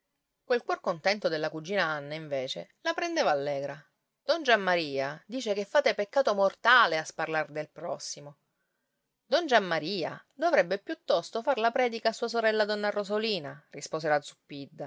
quel cuor contento della cugina anna invece la prendeva allegra don giammaria dice che fate peccato mortale a sparlar del prossimo don giammaria dovrebbe piuttosto far la predica a sua sorella donna rosolina rispose la